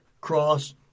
cross